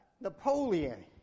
Napoleon